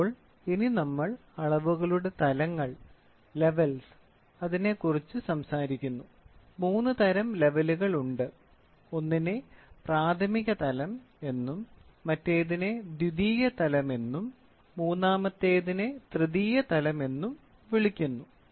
അപ്പോൾ നമ്മൾ അളവുകളുടെ തലങ്ങളെ കുറിച്ച് സംസാരിക്കുന്നു മൂന്ന് തരം ലെവലുകൾ ഉണ്ട് ഒന്നിനെ പ്രാഥമിക തലം എന്നും മറ്റേതിനെ ദ്വിതീയ തലം എന്നും മൂന്നാമത്തേതിനെ തൃതീയ തലം എന്നും വിളിക്കുന്നു